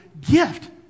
gift